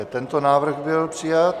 I tento návrh byl přijat.